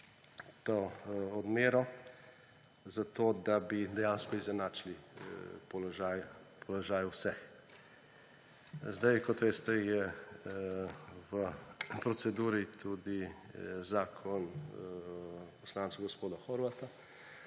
to odmero, zato da bi dejansko izenačili položaj vseh. Kot veste, je v proceduri tudi zakon poslanca Horvata,